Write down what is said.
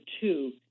two